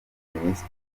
w’ubuhinzi